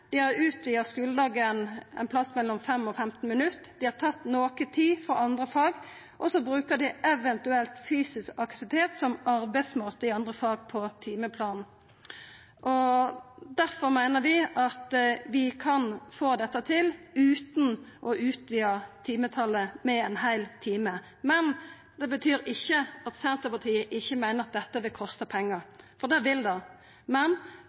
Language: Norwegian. Dei har utvida skuledagen med ein plass mellom 5 og 15 minutt. Dei har tatt noko tid frå andre fag, og så bruker dei eventuelt fysisk aktivitet som arbeidsmåte i andre fag på timeplanen. Difor meiner vi at vi kan få dette til utan å utvida timetalet med ein heil time. Men det betyr ikkje at Senterpartiet ikkje meiner at dette vil kosta pengar, for det vil det.